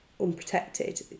unprotected